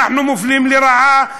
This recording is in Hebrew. אנחנו מופלים לרעה,